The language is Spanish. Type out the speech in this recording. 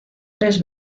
tres